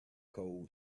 coal